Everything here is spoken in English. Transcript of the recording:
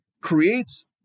creates